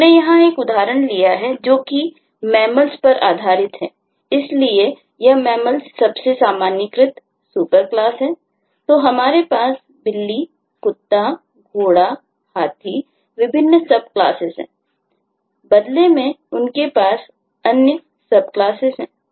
हमने यहां एक और उदाहरण लिया है जो कि मैमल्सकहते हैं